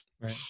Right